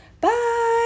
Bye